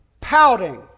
Pouting